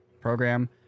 program